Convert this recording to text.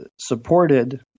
supported